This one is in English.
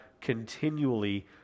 continually